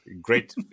Great